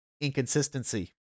inconsistency